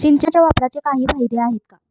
सिंचनाच्या वापराचे काही फायदे आहेत का?